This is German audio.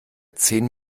zehn